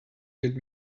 get